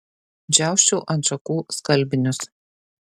džiausčiau ant šakų skalbinius